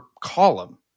column